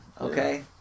Okay